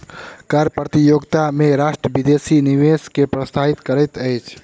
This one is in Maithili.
कर प्रतियोगिता में राष्ट्र विदेशी निवेश के प्रोत्साहित करैत अछि